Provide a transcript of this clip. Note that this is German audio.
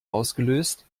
ausgelöst